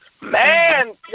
Man